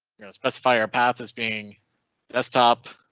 you know, specify our path is being desktop.